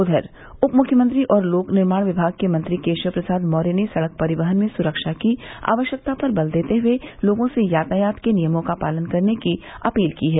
उधर उप मुख्यमंत्री और लोक निर्माण विमाग के मंत्री केशव प्रसाद मौर्य ने सड़क परिवहन में सुरक्षा की आवश्यकता पर बल देते हुए लोगों से यातायात के नियमों का पालन करने की अपील की है